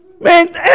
Man